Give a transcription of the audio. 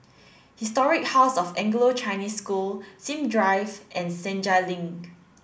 Historic House of Anglo Chinese School Sim Drive and Senja Link